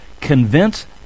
convince